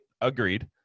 agreed